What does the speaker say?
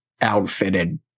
outfitted